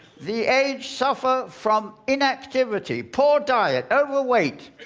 the aged suffer from inactivity, poor diet, overweight,